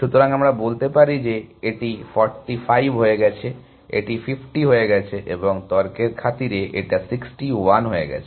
সুতরাং আমরা বলতে পারি যে এটি 45 হয়ে গেছে এটি 50 হয়ে গেছে এবং তর্কের খাতিরে এটা 61 হয়ে গেছে